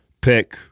pick